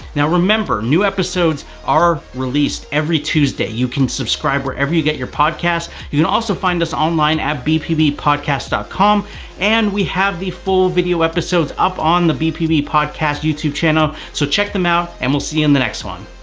now remember, new episodes are released every tuesday. you can subscribe wherever you get your podcasts. you can also find us online at bpbpodcast dot com and we have the full video episodes up on the bpb podcast youtube channel. so check them out and we'll see you in the next one.